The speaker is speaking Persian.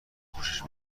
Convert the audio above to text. خوشش